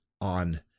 on